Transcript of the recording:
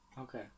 Okay